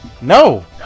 No